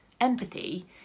Empathy